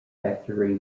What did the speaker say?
factory